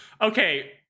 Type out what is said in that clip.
Okay